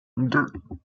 deux